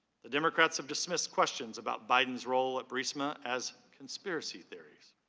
the democrats have dismissed questions about biden's role role um ah as conspiracy theories,